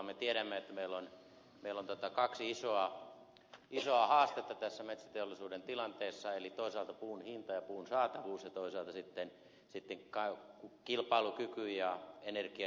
me tiedämme että meillä on kaksi isoa haastetta tässä metsäteollisuuden tilanteessa eli toisaalta puun hinta ja puun saatavuus ja toisaalta sitten kilpailukyky ja energian hinta